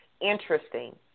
interesting